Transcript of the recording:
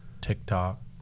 TikTok